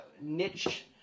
niche